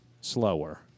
slower